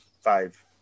five